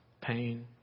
Pain